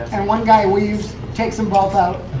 and one guy weaves, takes them both out.